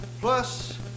Plus